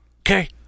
Okay